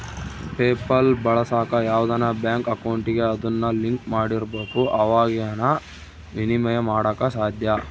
PayPal ಬಳಸಾಕ ಯಾವ್ದನ bank ಅಕೌಂಟಿಗೆ ಅದುನ್ನ ಲಿಂಕ್ ಮಾಡಿರ್ಬಕು ಅವಾಗೆ ಃನ ವಿನಿಮಯ ಮಾಡಾಕ ಸಾದ್ಯ